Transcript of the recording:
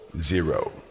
zero